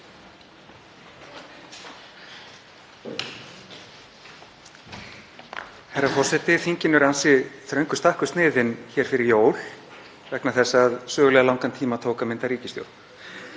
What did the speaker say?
Herra forseti. Þinginu er ansi þröngur stakkur sniðinn hér fyrir jól vegna þess að sögulega langan tíma tók að mynda ríkisstjórn.